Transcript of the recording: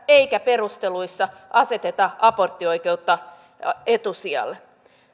eikä perusteluissa aseteta aborttioikeutta etusijalle